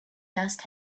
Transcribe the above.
dust